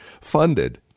funded